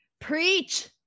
preach